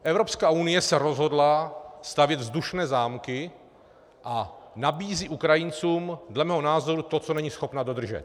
Evropská unie se rozhodla stavět vzdušné zámky a nabízí Ukrajincům dle mého názoru to, co není schopna dodržet.